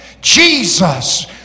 Jesus